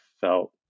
felt